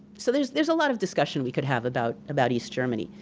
so there's there's a lot of discussion we could have about about east germany.